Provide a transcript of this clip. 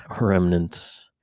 remnants